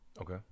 Okay